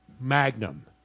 Magnum